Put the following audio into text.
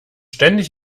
ständig